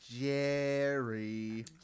Jerry